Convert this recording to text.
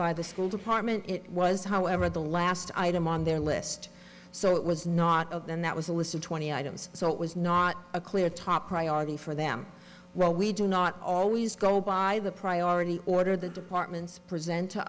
department it was however the last item on their list so it was not of them that was a list of twenty items so it was not a clear top priority for them well we do not always go by the priority order the departments present to